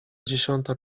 dziesiąta